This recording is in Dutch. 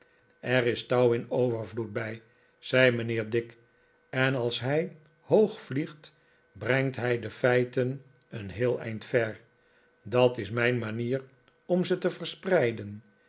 er is touw in overyloed bij zei mijnheer dick en als hij hoog vliegt brengt hij de feiten een heel eind ver dat is mijn manier om ze te verspreiden